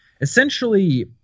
essentially